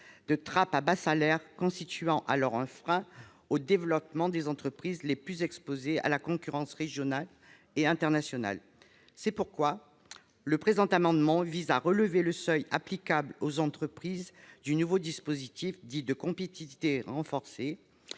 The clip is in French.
de trappe à bas salaires, constituant un frein au développement des entreprises les plus exposées à la concurrence régionale et internationale. C'est pourquoi le présent amendement vise à relever le seuil applicable aux entreprises du nouveau dispositif dit « de compétitivité renforcée